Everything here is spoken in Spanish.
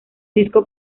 disco